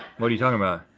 what're you talking about?